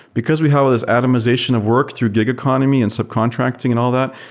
because we have this atomization of work through gig economy and subcontracting and all that,